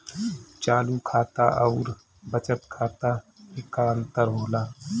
चालू खाता अउर बचत खाता मे का अंतर होला?